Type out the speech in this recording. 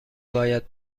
باید